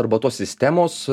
arba tos sistemos